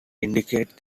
indicate